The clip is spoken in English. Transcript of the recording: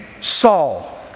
Saul